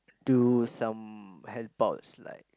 to some hair pops like